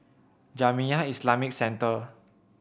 Jamiyah Islamic Centre